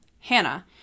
Hannah